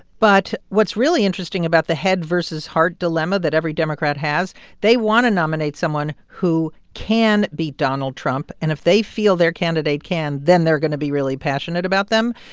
but what's really interesting about the head versus heart dilemma that every democrat has they want to nominate someone who can beat donald trump. and if they feel their candidate can, then they're going to be really passionate about them.